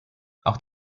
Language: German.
auch